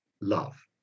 love